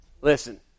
Listen